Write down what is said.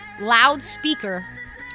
loudspeaker